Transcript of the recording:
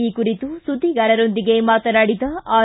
ಈ ಕುರಿತು ಸುದ್ದಿಗಾರರೊಂದಿಗೆ ಮಾತನಾಡಿದ ಆರ್